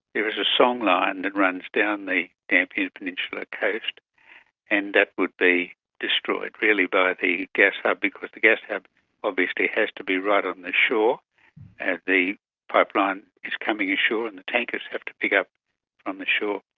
is a song-line that and and runs down the dampier peninsula coast and that would be destroyed really by the gas hub because the gas hub obviously has to be right on the shore and the pipeline is coming ashore and the tankers have to pick up from the shore.